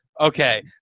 Okay